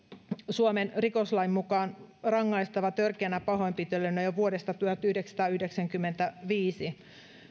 suomen rikoslain mukaan rangaistava törkeänä pahoinpitelynä jo vuodesta tuhatyhdeksänsataayhdeksänkymmentäviisi